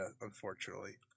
unfortunately